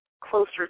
closer